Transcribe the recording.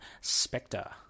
Spectre